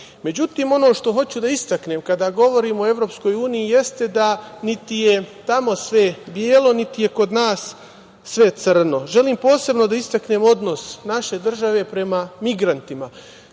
dodatke.Međutim, ono što hoću da istaknem kada govorim o EU, jeste da niti je tamo sve belo, niti je kod nas sve crno. Želim posebno da istaknem odnos naše države prema migrantima.